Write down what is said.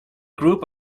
group